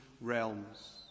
realms